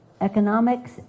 economics